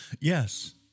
Yes